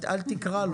אל תקרא לו.